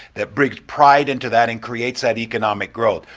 that brings pride into that and creates that economic growth.